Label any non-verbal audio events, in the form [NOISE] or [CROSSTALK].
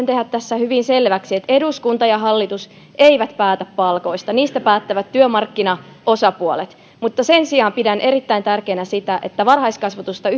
[UNINTELLIGIBLE] tehdä tässä hyvin selväksi että eduskunta ja hallitus eivät päätä palkoista niistä päättävät työmarkkinaosapuolet mutta sen sijaan pidän erittäin tärkeänä sitä että varhaiskasvatusta [UNINTELLIGIBLE]